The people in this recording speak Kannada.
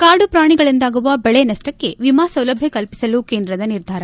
ಕಾಡು ಪ್ರಾಣಿಗಳಿಂದಾಗುವ ಬೆಳೆ ನಷ್ಟಕ್ಕೆ ವಿಮಾ ಸೌಲಭ್ದ ಕಲ್ಪಿಸಲು ಕೇಂದ್ರದ ನಿರ್ಧಾರ